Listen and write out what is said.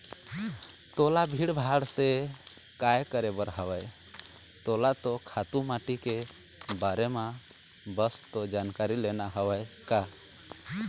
तोला भीड़ भाड़ से काय करे बर हवय तोला तो खातू माटी के बारे म बस तो जानकारी लेना हवय का